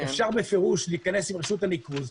אפשר בפירוש להיכנס עם רשות הניקוז,